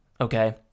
Okay